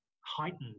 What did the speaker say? heightened